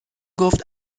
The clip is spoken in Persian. گفت